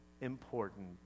important